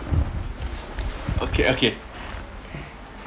okay okay